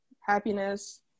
happiness